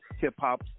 hip-hop